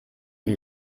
die